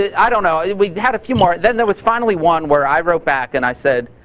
i don't know. we had a few more. then there was finally one where i wrote back and i said,